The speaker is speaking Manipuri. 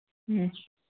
ꯎꯝ